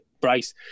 Bryce